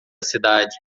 cidade